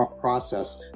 process